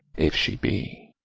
if she be.